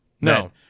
No